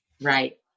Right